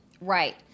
Right